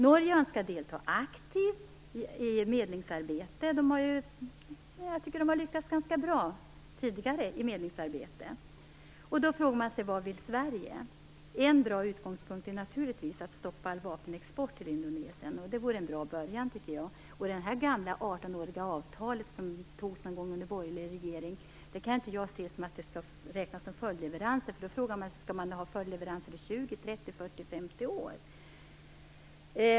Norge önskar delta aktivt i medlingsarbete. Jag tycker att de har lyckats ganska bra tidigare i medlingsarbete. Då frågar man sig: Vad vill Sverige? En bra utgångspunkt är naturligtvis att stoppa all vapenexport till Indonesien. Det vore en bra början, tycker jag. Det gamla, 18-åriga avtalet som slöts någon gång under borgerlig regering kan inte jag se som skäl för följdleveranser. Då frågar man sig: Skall man ha följdleveranser i 20, 30, 40, 50 år?